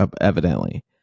evidently